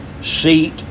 seat